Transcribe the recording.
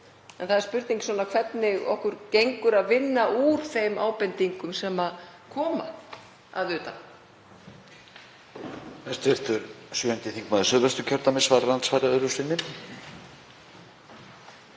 En það er spurning hvernig okkur gengur að vinna úr þeim ábendingum sem koma að utan.